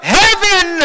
heaven